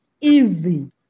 easy